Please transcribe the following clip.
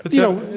but you know,